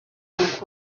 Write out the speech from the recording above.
you